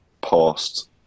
past